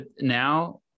now